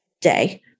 day